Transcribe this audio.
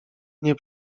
nie